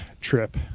trip